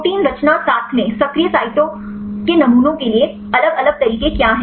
protein रचना साथ मै सक्रिय साइटें के नमूने के लिए अलग अलग तरीके क्या हैं